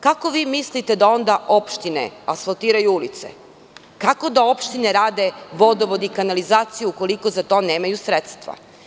Kako vi mislite da onda opštine asfaltiraju ulice, kako da opštine rade vodovod i kanalizaciju ukoliko za to nemaju sredstva?